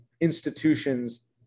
institutions